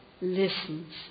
listens